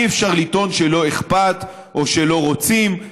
אי-אפשר לטעון שלא אכפת או שלא רוצים.